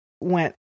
went